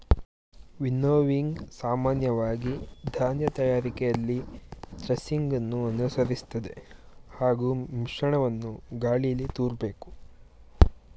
winnowing ಸಾಮಾನ್ಯವಾಗಿ ಧಾನ್ಯ ತಯಾರಿಕೆಯಲ್ಲಿ ಥ್ರೆಸಿಂಗನ್ನು ಅನುಸರಿಸ್ತದೆ ಹಾಗೂ ಮಿಶ್ರಣವನ್ನು ಗಾಳೀಲಿ ತೂರ್ಬೇಕು